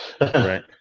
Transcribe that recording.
Right